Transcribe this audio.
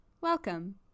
Welcome